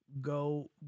go